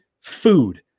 food